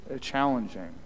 challenging